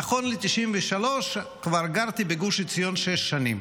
נכון ל-1993 כבר גרתי בגוש עציון שש שנים.